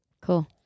Cool